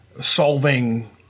solving